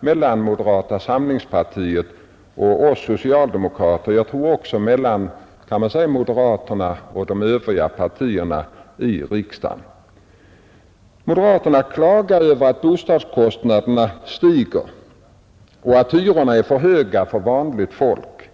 mellan moderata samlingspartiet och oss socialdemokrater — jag tror också att man kan säga mellan moderaterna och de övriga partierna i riksdagen. Moderaterna klagar över att bostadkostnaderna stiger och att hyrorna är för höga för vanligt folk.